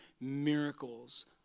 miracles